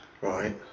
right